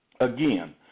Again